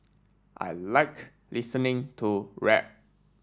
I like listening to rap